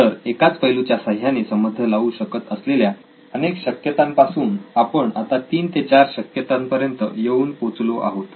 तर एकाच पैलुच्या साह्याने संबंध लावू शकत असलेल्या अनेक शक्यतांपासून आता आपण तीन ते चार शक्यतांपर्यंत येऊन पोचलो आहोत